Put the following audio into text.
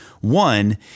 One